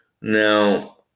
Now